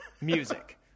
music